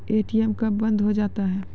ATM कब बंद हो जाता हैं?